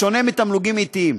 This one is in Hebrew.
בשונה מתמלוגים עתיים.